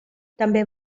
també